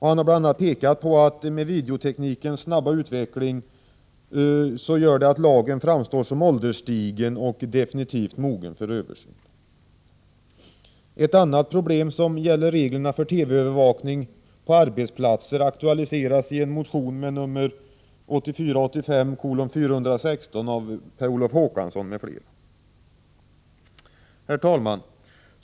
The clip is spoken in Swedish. Han har bl.a. pekat på att lagen med videoteknikens snabba utveckling framstår som ålderstigen och definitivt mogen för en översyn. Ett annat problem som gäller reglerna för TV-övervakning på arbetsplatser har aktualiserats i motion 416 av Per Olof Håkansson m.fl. Herr talman!